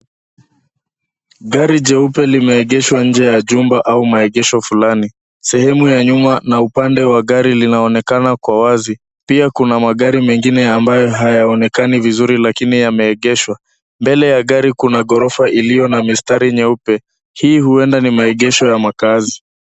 Gari jeupe limeegeshwa nje ya jumba au maegesho fulani. Sehemu ya nyuma na upande wa gari linaonekana kwa wazi ,pia kuna magari mengine ambayo hayaonekani vizuri lakini yameegeshwa. Mbele ya gari kuna ghorofa iliyo na mistari nyeupe. Hii huenda ni maegesho ya makazi.